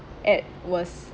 add was